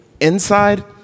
inside